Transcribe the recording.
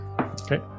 Okay